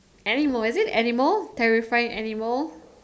animal is it animal terrifying animal